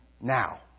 now